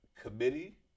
committee